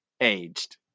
aged